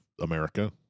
America